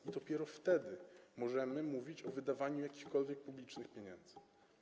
I dopiero wtedy możemy mówić o wydawaniu jakichkolwiek publicznych pieniędzy.